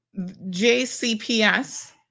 JCPS